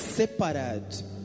separado